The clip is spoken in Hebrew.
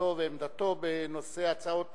משרדו ועמדתו בנושא ההצעות